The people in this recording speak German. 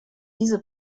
diese